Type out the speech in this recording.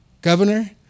Governor